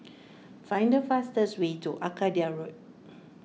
find the fastest way to Arcadia Road